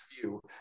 view